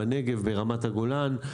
בנגב וברמת הגולן.